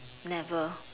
never